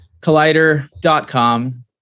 collider.com